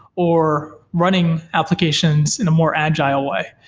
or running applications in a more agile way.